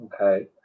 Okay